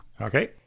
Okay